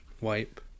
wipe